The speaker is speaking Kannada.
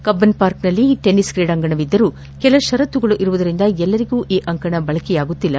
ಕಬ್ಬನ್ಪಾರ್ಕ್ನಲ್ಲಿ ಟೆನ್ನಿಸ್ ಕ್ರೀಡಾಂಗಣವಿದ್ದರೂ ಕೆಲ ಪರತ್ತುಗಳಿರುವುದರಿಂದ ಎಲ್ಲರಿಗೂ ಈ ಅಂಗಣ ಬಳಕೆಯಾಗುತ್ತಿಲ್ಲ